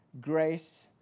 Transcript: grace